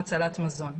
הסביבה.